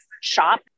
shop